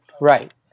right